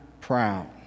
proud